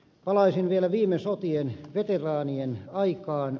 palaisin vielä viime sotien veteraanien aikaan